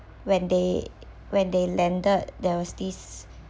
when they when they landed there was this